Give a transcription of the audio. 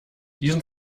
diesen